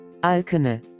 Alkene